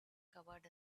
covered